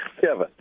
Kevin